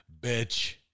bitch